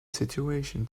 situation